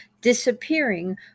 disappearing